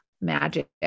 magic